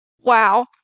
wow